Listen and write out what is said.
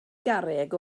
garreg